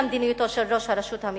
למדיניותו של ראש הרשות המקומית.